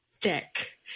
thick